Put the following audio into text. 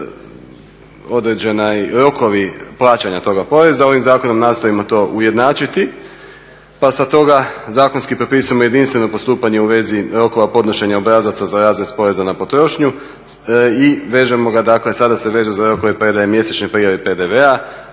određeni rokovi plaćanja toga poreza. Ovim zakonom nastojimo to ujednačiti pa zbog toga zakonski propisujemo jedinstveno postupanje u vezi rokova podnošenja obrazaca za …/Govornik se ne razumije./… poreza na potrošnju i vežemo ga dakle, sada se veže za rokove predaje mjesečne prijave PDV-a